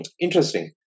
Interesting